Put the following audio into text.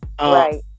Right